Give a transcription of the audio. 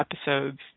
episodes